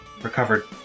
recovered